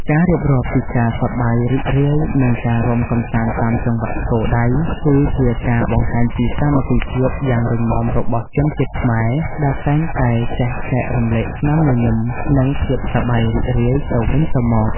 ការរៀបរាប់ពីការសប្បាយរីករាយ និងការរាំកម្សាន្តតាមចង្វាក់ស្គរដៃ គឺជាការបង្ហាញពីសាមគ្គីភាពយ៉ាងរឹងមាំរបស់ជនជាតិខ្មែរ ដែលតែងតែចេះចែករំលែកស្នាមញញឹម និងភាពសប្បាយរីករាយទៅវិញទៅមក។